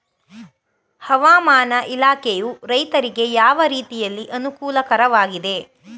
ಹವಾಮಾನ ಇಲಾಖೆಯು ರೈತರಿಗೆ ಯಾವ ರೀತಿಯಲ್ಲಿ ಅನುಕೂಲಕರವಾಗಿದೆ?